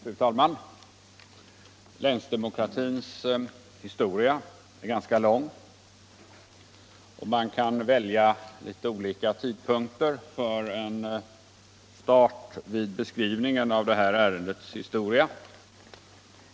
Fru talman! Länsdemokratins historia är ganska lång. Vid beskrivningen av detta ärendes historia kan man välja olika tidpunkter som inledning.